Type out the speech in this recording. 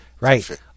Right